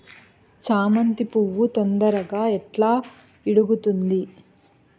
చామంతి పువ్వు తొందరగా ఎట్లా ఇడుగుతుంది?